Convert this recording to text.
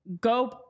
go